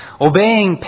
Obeying